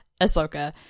Ahsoka